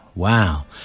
Wow